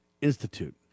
Institute